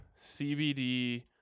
CBD